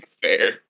Fair